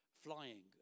flying